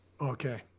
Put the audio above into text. Okay